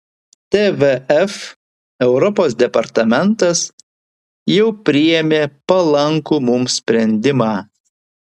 tvf europos departamentas jau priėmė palankų mums sprendimą